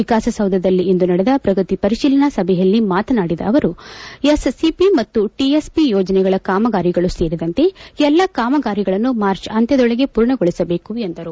ವಿಕಾಸಸೌಧದಲ್ಲಿಂದು ನಡೆದ ಪ್ರಗತಿ ಪರಿಶೀಲನಾ ಸಭೆಯಲ್ಲಿ ಮಾತನಾಡಿದ ಅವರು ಎಸ್ಸಿಪಿ ಮತ್ತು ಟಿಎಸ್ಪಿ ಯೋಜನೆಗಳ ಕಾಮಗಾರಿಗಳೂ ಸೇರಿದಂತೆ ಎಲ್ಲಾ ಕಾಮಗಾರಿಗಳನ್ನು ಮಾರ್ಚ್ ಅಂತ್ಯದೊಳಗೆ ಮೂರ್ಣಗೊಳಿಸಬೇಕು ಎಂದರು